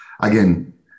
again